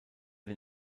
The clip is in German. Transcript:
den